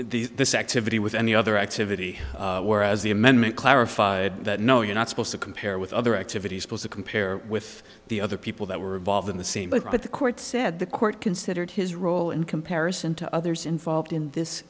compare this activity with any other activity whereas the amendment clarified that no you're not supposed to compare with other activities posed to compare with the other people that were involved in the same boat but the court said the court considered his role in comparison to others involved in this